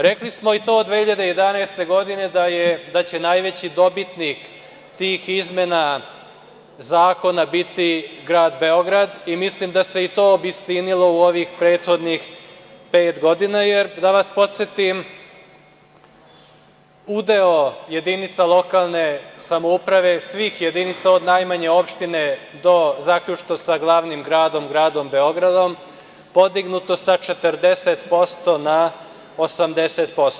Rekli smo i to 2011. godine da će najveći dobitnik tih izmena zakona biti grad Beograd i mislim da se i to obistinilo u ovih prethodnih pet godina jer, da vas podsetim, udeo jedinica lokalne samouprave, svih jedinica od najmanje opštine zaključno sa glavnim gradom, gradom Beogradom, podignut je sa 40% na 80%